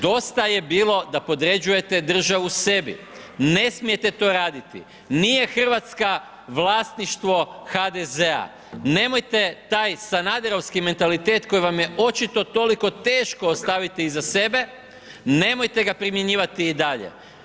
Dosta je bilo da podređujete državu sebi, ne smijete to raditi, nije RH vlasništvo HDZ-a, nemojte taj Sanaderovski mentalitet koji vam je očito toliko teško ostaviti iza sebe, nemojte ga primjenjivati i dalje.